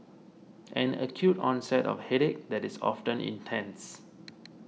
an acute onset of headache that is often intense